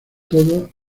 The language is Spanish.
todo